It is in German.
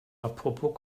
apropos